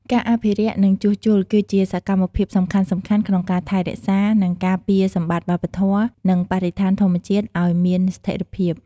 ការអភិរក្ស និងជួសជុល គឺជាសកម្មភាពសំខាន់ៗក្នុងការថែរក្សា និងការពារសម្បត្តិវប្បធម៌ និងបរិស្ថានធម្មជាតិឱ្យមានស្ថេរភាព។